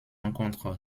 rencontres